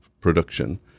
production